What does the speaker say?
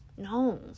No